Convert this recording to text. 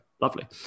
lovely